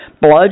blood